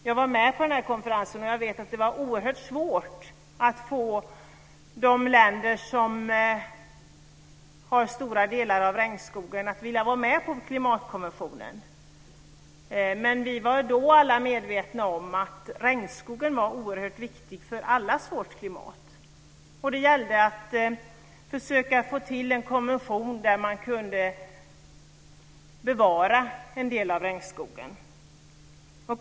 Jag var med på konferensen, och jag vet att det var oerhört svårt att få de länder där en stor del av regnskogen finns att vilja vara med på klimatkonventionen. Vi var då alla medvetna om att regnskogen är oerhört viktig för allas vårt klimat. Det gällde att försöka få till en konvention där det gick att bevara en del av regnskogen.